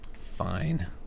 Fine